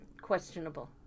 questionable